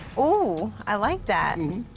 ooh, i like that. and